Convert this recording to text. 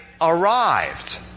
arrived